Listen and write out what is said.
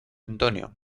antonio